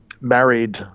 married